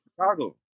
Chicago